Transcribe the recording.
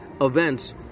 events